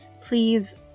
please